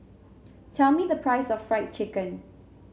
tell me the price of Fried Chicken